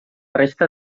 resta